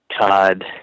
Todd